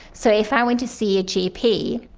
so if i went to see a gp,